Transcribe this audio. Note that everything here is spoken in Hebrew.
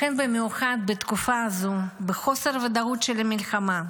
לכן במיוחד בתקופה זו, בחוסר הוודאות של המלחמה,